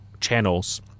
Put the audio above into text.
channels